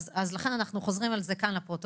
אז אנחנו חוזרים על זה כאן לפרוטוקול.